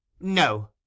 No